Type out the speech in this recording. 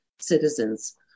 citizens